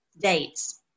dates